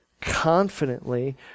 confidently